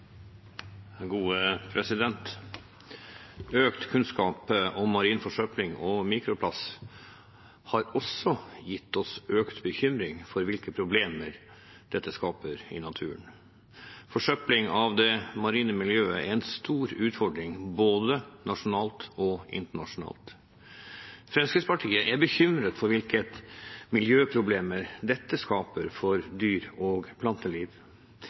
Økt kunnskap om marin forsøpling og mikroplast har også gitt oss økt bekymring for hvilke problemer dette skaper i naturen. Forsøpling av det marine miljøet er en stor utfordring, både nasjonalt og internasjonalt. Fremskrittspartiet er bekymret for hvilke miljøproblemer dette skaper for dyr og planteliv.